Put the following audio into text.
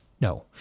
No